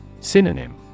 Synonym